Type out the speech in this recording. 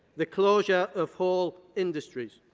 the closure of whole industries,